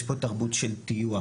יש פה תרבות של טיוח,